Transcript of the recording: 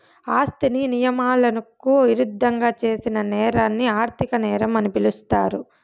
ఆస్తిని నియమాలకు ఇరుద్దంగా చేసిన నేరాన్ని ఆర్థిక నేరం అని పిలుస్తారు